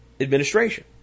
administration